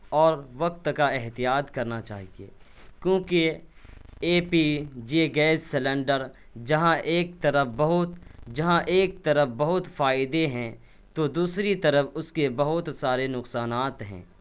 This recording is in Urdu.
اور وقت کا احتیاط کرنا چاہیے کیوںکہ A P G gas cylinder جہاں ایک طرف بہت جہاں ایک طرف بہت فائدے ہیں تو دوسری طرف اس کے بہت سارے نقصانات ہیں